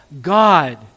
God